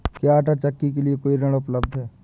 क्या आंटा चक्की के लिए कोई ऋण उपलब्ध है?